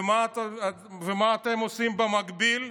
ומה אתם עושים במקביל?